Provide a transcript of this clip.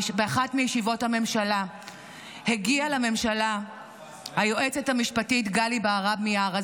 באחת מישיבות הממשלה הגיעה לממשלה היועצת המשפטית גלי בהרב מיארה.